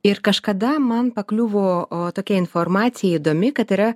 ir kažkada man pakliuvo o tokia informacija įdomi kad yra